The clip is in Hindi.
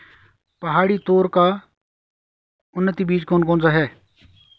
पहाड़ी तोर का उन्नत बीज कौन सा है?